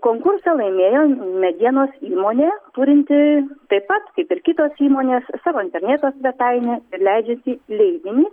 konkursą laimėjo medienos įmonė turinti taip pat kaip ir kitos įmonės savo interneto svetainę leidžianti leidinį